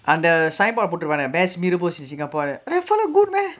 அந்த:antha signboard போட்டுப்பானே:pottupaanae best mee rebus in singapore right that fellow good meh